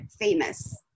famous